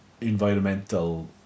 environmental